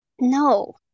No